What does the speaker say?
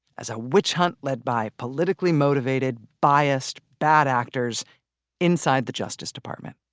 as a witch hunt led by politically-motivated biased bad actors inside the justice department